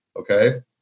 Okay